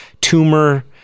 tumor